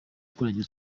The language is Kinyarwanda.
kurengera